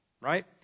right